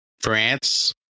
France